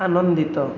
ଆନନ୍ଦିତ